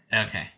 Okay